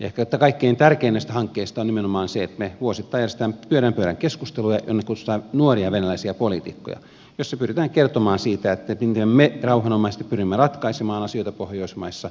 ehkä kaikkein tärkein näistä hankkeista on nimenomaan se että me vuosittain järjestämme pyöreän pöydän keskusteluja jonne kutsutaan nuoria venäläisiä poliitikkoja ja joissa pyritään kertomaan siitä miten me rauhanomaisesti pyrimme ratkaisemaan asioita pohjoismaissa